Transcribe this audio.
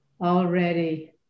already